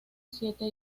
siete